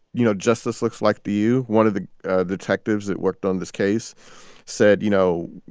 you know, justice looks like to you. one of the detectives that worked on this case said, you know,